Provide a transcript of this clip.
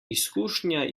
izkušnja